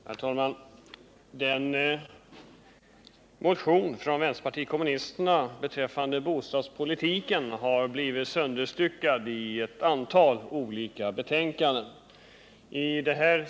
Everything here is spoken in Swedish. Herr talman! Den motion som vänsterpartiet kommunisterna väckt beträffande bostadspolitiken har blivit sönderstyckad och behandlad i ett antal olika betänkanden.